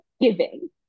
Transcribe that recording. giving